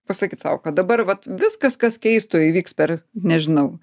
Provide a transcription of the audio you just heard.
pasakyt sau kad dabar vat viskas kas keisto įvyks per nežinau